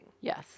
Yes